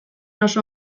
oso